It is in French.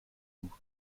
doux